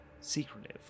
Secretive